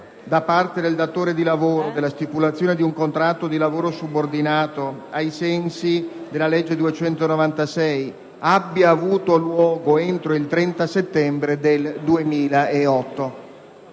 da parte del datore di lavoro della stipulazione di un contratto di lavoro subordinato ai sensi della legge n. 296 del 2006 abbia avuto luogo entro il 30 settembre del 2008.